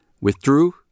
withdrew